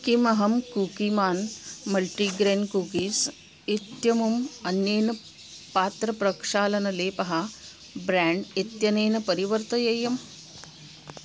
किमहं कुकीमान् multigrain cookies इत्यमुम् अन्येन पात्रप्रक्षालनलेपः ब्रेण्ड् इत्यनेन परिवर्तयेयम्